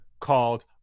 called